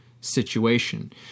situation